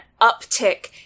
uptick